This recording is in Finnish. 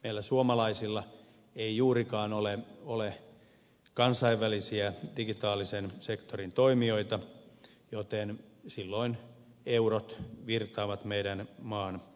meillä suomalaisilla ei juurikaan ole kansainvälisiä digitaalisen sektorin toimijoita joten silloin eurot virtaavat meidän maamme ulkopuolelle